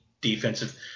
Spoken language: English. defensive